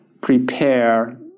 prepare